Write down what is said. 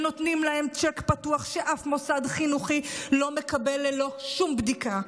ונותנים להם צ'ק פתוח שאף מוסד חינוכי לא מקבל ללא שום בדיקה,